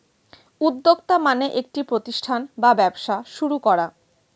উদ্যোক্তা মানে একটি প্রতিষ্ঠান বা ব্যবসা শুরু করা